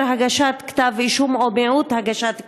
הגשת כתבי-אישום או מיעוט הגשת כתבי-אישום.